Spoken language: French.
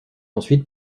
ensuite